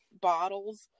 bottles